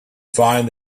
find